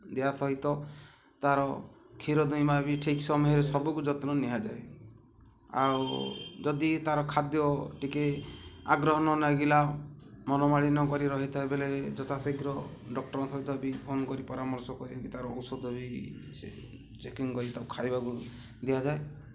ଏହା ସହିତ ତା'ର କ୍ଷୀର ଦୁହିଁବା ବି ଠିକ୍ ସମୟରେ ସବୁକୁ ଯତ୍ନ ନିଆଯାଏ ଆଉ ଯଦି ତା'ର ଖାଦ୍ୟ ଟିକେ ଆଗ୍ରହ ନ ଲାଗିଲା ମନ ମାଳିନ କରି ରହିଥାଏ ବେଲେ ଯଥାଶୀଘ୍ର ଡକ୍ଟରଙ୍କ ସହିତ ବି ଫୋନ କରି ପରାମର୍ଶ କରି ତା'ର ଔଷଧ ବି ଚେକିଂ କରି ତାକୁ ଖାଇବାକୁ ଦିଆଯାଏ